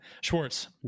Schwartz